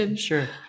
Sure